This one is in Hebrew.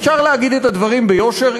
אפשר להגיד את הדברים ביושר.